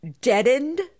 deadened